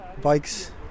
bikes